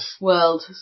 World